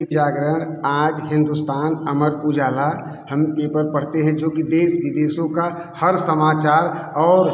इक जागरण आज हिंदुस्तान अमर उजाला हम पेपर पढ़ते हैं जो कि देश विदेशों का हर समाचार और